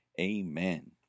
Amen